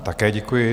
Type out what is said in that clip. Také děkuji.